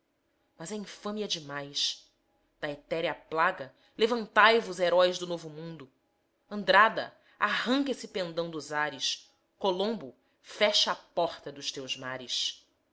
mas é infâmia demais da etérea plaga levantai vos heróis do novo mundo andrada arranca esse pendão dos ares colombo fecha a porta dos teus mares